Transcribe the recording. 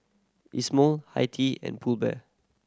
Isomil Hi Tea and Pull Bear